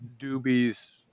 doobies